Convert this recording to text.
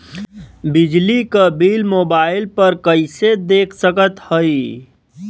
बिजली क bill mobile पर कईसे देख सकत हई?